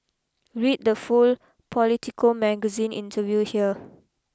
read the full Politico Magazine interview here